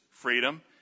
freedom